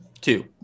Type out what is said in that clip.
two